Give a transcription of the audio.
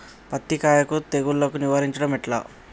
పత్తి కాయకు తెగుళ్లను నివారించడం ఎట్లా?